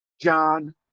John